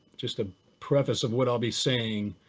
just a preface of what i'll be saying,